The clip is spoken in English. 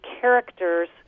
characters